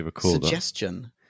suggestion